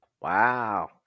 Wow